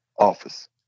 Office